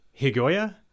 Higoya